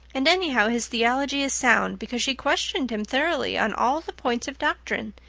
and anyhow his theology is sound because she questioned him thoroughly on all the points of doctrine.